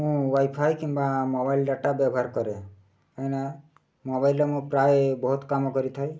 ମୁଁ ୱାଇଫାଇ କିମ୍ବା mobile data ବ୍ୟବହାର କରେ କାହିଁକିନା ମୋବାଇଲ୍ରେ ମୁଁ ପ୍ରାୟ ବହୁତ କାମ କରିଥାଏ